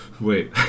wait